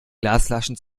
glasflaschen